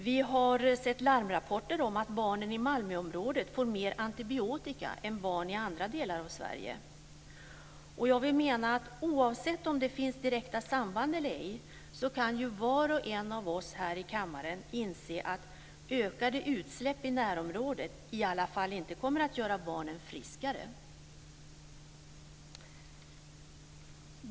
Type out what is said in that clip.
Vi har sett larmrapporter om att barnen i Malmöområdet får mer antibiotika än barn i andra delar av Sverige, och jag menar att oavsett om det finns direkta samband eller ej kan ju var och en av oss här i kammaren inse att ökade utsläpp i närområdet i alla fall inte kommer att göra barnen friskare.